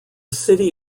city